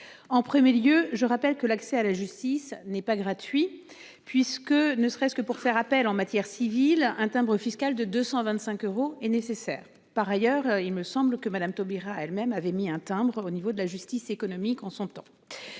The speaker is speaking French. En 1er lieu, je rappelle que l'accès à la justice n'est pas gratuit. Puisque ne serait-ce que pour faire appel, en matière civile, un timbre fiscal de 225 euros est nécessaire. Par ailleurs il me semble que Madame Taubira elles-mêmes avait mis un timbre au niveau de la justice économique en son temps.